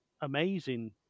amazing